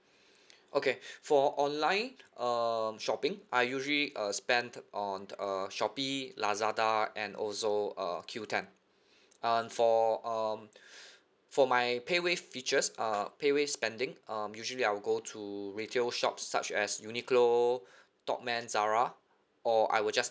okay for online um shopping I usually uh spend on uh shopee lazada and also uh Q ten and for um for my paywave features uh paywave spending um usually I'll go to retail shops such as uniqlo topman zara or I will just